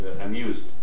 amused